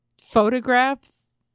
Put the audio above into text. photographs